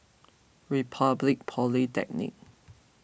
Republic Polytechnic